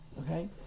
Okay